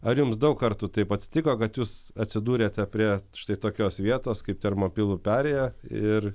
ar jums daug kartų taip atsitiko kad jūs atsidūrėte prie štai tokios vietos kaip termopilų perėja ir